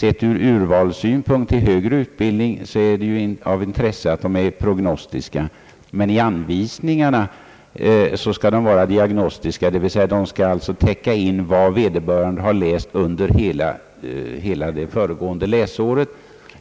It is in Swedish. Sett ur urvalssynpunkt när det gäller tillträde till högre utbildning är det av intresse att de är prognostiska, men enligt anvisningarna skall de vara diagnostiska, dvs. de skall täcka in vad vederböran de elev har läst under hela det föregående läsåret,